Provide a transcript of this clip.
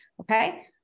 okay